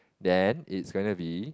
then it's gonna be